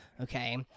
Okay